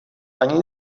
ani